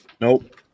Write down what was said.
Nope